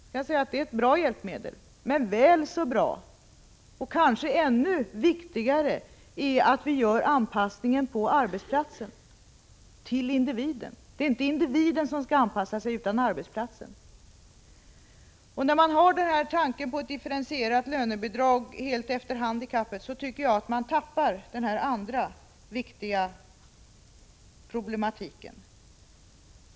Även jag tycker att det är ett bra hjälpmedel, men väl så bra och kanske ännu viktigare är att vi får en anpassning på arbetsplatsen till individen. Det är inte individen som skall anpassa sig, utan arbetsplatsen. Om man har tanken på ett lönebidrag som är differentierat helt efter handikappet tappar man bort denna andra, viktiga problematik.